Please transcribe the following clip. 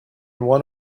one